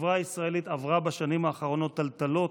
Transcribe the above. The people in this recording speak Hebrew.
החברה הישראלית עברה בשנים האחרונות טלטלות,